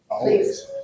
Please